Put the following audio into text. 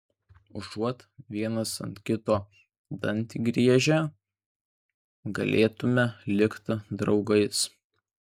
užuot vienas ant kito dantį griežę galėtumėme likti draugais